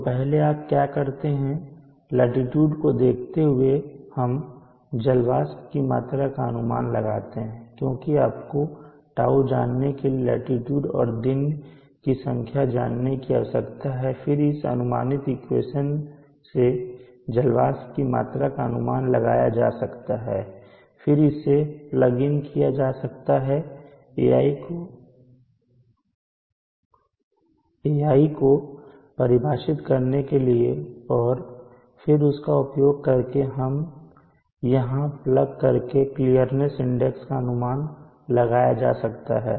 तो पहले आप क्या करते हैं लाटीट्यूड को देखते हुए हम जल वाष्प की मात्रा का अनुमान लगाते हैं क्योंकि आपको "τ" जानने के लिए लाटीट्यूड और दिन की संख्या जानने की आवश्यकता है फिर इस अनुमानित इक्वेशन से जल वाष्प की मात्रा का अनुमान लगाया जा सकता है फिर इसे प्लग इन किया जा सकता है Ai को परिभाषित करने के लिए और फिर इसका उपयोग करके इसे यहां प्लग करके क्लियरनेस इंडेक्स का अनुमान लगाया जा सकता है